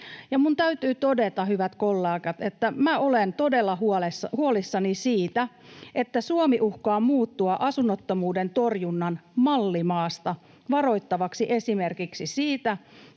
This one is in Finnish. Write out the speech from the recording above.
Minun täytyy todeta, hyvät kollegat, että minä olen todella huolissani siitä, että Suomi uhkaa muuttua asunnottomuuden torjunnan mallimaasta varoittavaksi esimerkiksi siitä,